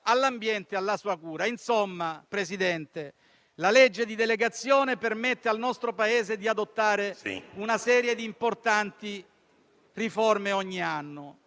all'ambiente e alla sua cura. Insomma, signor Presidente, la legge di delegazione europea permette al nostro Paese di adottare una serie di importanti riforme ogni anno,